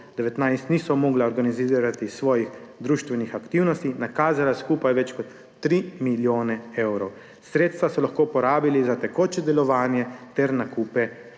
niso mogla organizirati svojih društvenih aktivnosti, nakazala skupaj več kot 3 milijone evrov. Sredstva so lahko porabili za tekoče delovanje ter nakupe